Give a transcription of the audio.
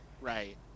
right